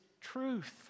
truth